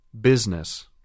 Business